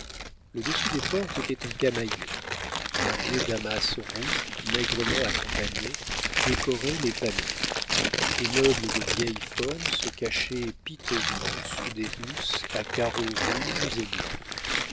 le dessus des portes était en camaïeu un vieux damas rouge maigrement accompagné décorait les panneaux les meubles de vieille forme se cachaient piteusement sous des housses à carreaux rouges et blancs